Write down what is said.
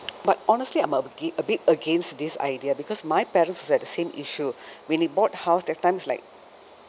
but honestly I'm a a bit against this idea because my parents also had the same issue when they bought house that time it's like